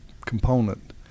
component